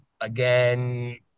again